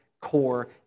core